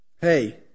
Hey